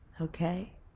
Okay